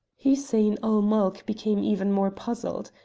hussein-ul-mulk became even more puzzled.